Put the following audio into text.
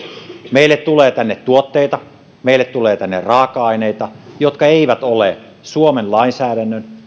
meille tulee tänne tuotteita meille tulee tänne raaka aineita jotka eivät ole suomen lainsäädännön